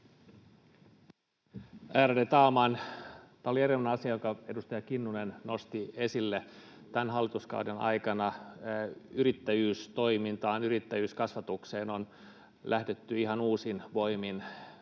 Ärade talman! Tämä oli erinomainen asia, jonka edustaja Kinnunen nosti esille: tämän hallituskauden aikana yrittäjyystoimintaan ja yrittäjyyskasvatukseen on lähdetty ihan uusin voimin